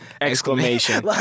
Exclamation